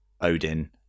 Odin